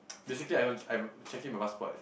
basically I don't I checking my passport